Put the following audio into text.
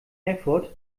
erfurt